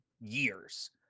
years